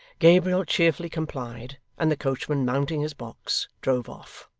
gabriel cheerfully complied, and the coachman mounting his box drove off.